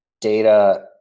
data